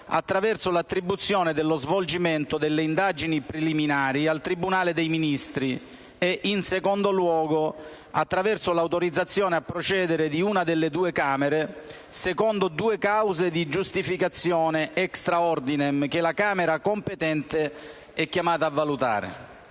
attraverso l'attribuzione dello svolgimento delle indagini preliminari al Tribunale dei Ministri e in secondo luogo attraverso l'autorizzazione a procedere di una delle due Camere secondo due cause di giustificazione *extra ordinem* che la Camera competente è chiamata a valutare.